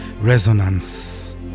resonance